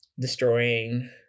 destroying